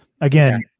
again